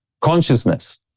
Consciousness